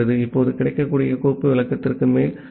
இப்போது கிடைக்கக்கூடிய கோப்பு விளக்கத்திற்கு மேல் சுழல்கிறோம்